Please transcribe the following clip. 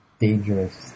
Dangerous